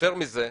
יותר מזה,